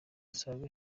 usanga